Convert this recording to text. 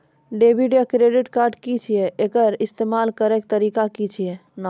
Debit या credit card की छियै? एकर इस्तेमाल करैक तरीका की छियै?